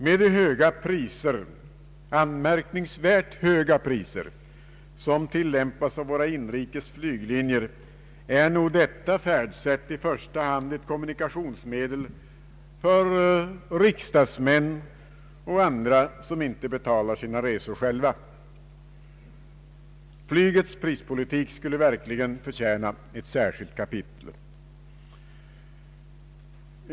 Med de anmärkningsvärt höga priser som tillämpas av våra inrikes flyglinjer är nog detta färdsätt i första hand ett kommunikationsmedel för riksdagsmän och andra som inte betalar sina resor själva. Flygets prispolitik skulle verkligen förtjäna ett särskilt kapitel.